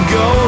go